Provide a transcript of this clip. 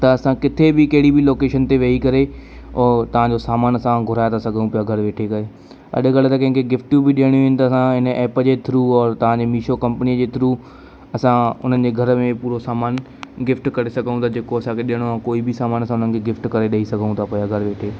त असां किथे बि कहिड़ी बि लोकेशन ते वेही करे हो तव्हां जो सामान असां घुराए था सघऊं पिया घर वेठे करे अॼु कल्ह त कंहिंखे गिफ्टियूं बि ॾियणियूं आहिनि त असां इन ऐप जे थ्रू और तव्हां जे मिशो कंपनीअ जे थ्रू असां उन्हनि जे घर में पूरो सामान गिफ्ट करे सघऊं था जेको असांखे ॾियणो आहे कोई बि सामान असां उन्हनि खे गिफ्ट करे ॾेई सघऊं पिया था घर वेठे